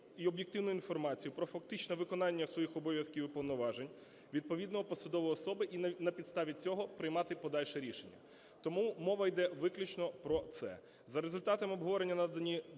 і об'єктивну інформацію про фактичне виконання своїх обов'язків і повноважень відповідної посадової особи і на підставі цього приймати подальше рішення. Тому мова йде виключно про це.